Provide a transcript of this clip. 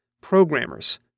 programmers